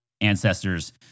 ancestors